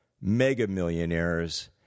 mega-millionaires